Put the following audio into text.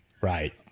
Right